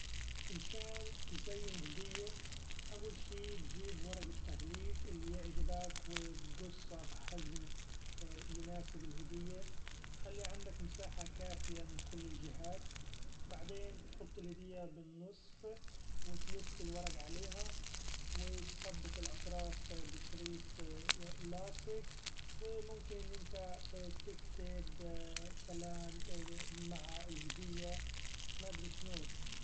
مشان تزين هديه أول شي تجيب ورق التغليف اللي يعجبك و تقصه بحجم يناسب الهدية ، خلي عندك مساحة كافيه من كل الجهات ، بعدين تحط الهديه بالنصف و تلف الورق عليها و تثبت الاطراف بشريط لاصق و ممكن أنت تكتب كلام مع الهدية مدري شنو.